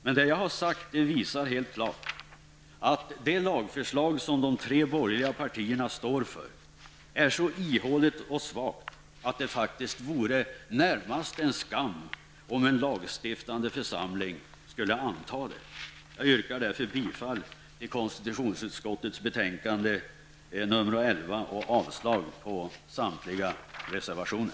Det som jag har sagt visar helt klart att det lagförslag som de tre borgerliga partierna står bakom är så ihåligt och svagt att det faktiskt vore närmast en skam om en lagstiftande församling skulle anta det. Jag yrkar därför bifall till hemställan i konstitutionsutskottets betänkande 11 och avslag på samtliga reservationer.